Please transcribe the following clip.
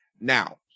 Now